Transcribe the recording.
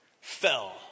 fell